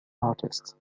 artists